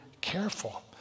careful